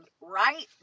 right